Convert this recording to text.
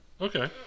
Okay